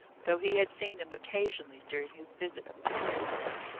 though he had seen them occasionally, during his visit of three years ago.